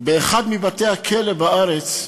באחד מבתי-הכלא בארץ.